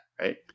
right